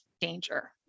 danger